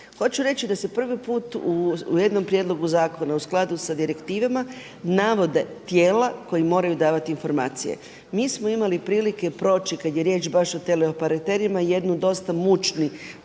Hoću reći da se prvi put u jednom prijedlogu zakona u skladu sa direktivama navode tijela koja moraju davati informacije. Mi smo imali prilike proći kada je riječ baš o operaterima jedan dosta mučni